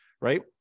right